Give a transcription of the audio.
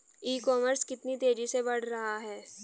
ई commerce कितनी तेजी से बढ़ रहा है?